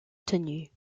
tenues